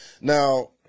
now